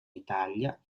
italia